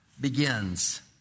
begins